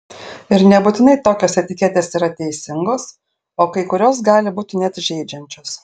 ir nebūtinai tokios etiketės yra teisingos o kai kurios gali būti net žeidžiančios